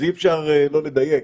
אז אי-אפשר לא לדייק.